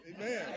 Amen